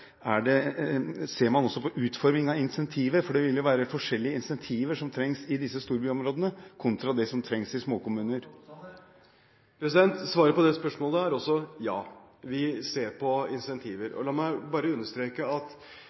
er et spørsmål som de store partiene har vært engasjert i lenge. Jeg vil spørre litt mer spesifikt: Ser man også på utformingen av incentiver, for det vil være forskjellige incentiver som trengs i disse storbyområdene, kontra det som trengs i småkommuner? Også svaret på det spørsmålet er ja; vi ser på incentiver. La